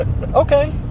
Okay